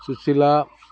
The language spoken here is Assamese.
সুচিলা